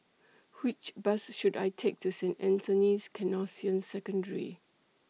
Which Bus should I Take to Saint Anthony's Canossian Secondary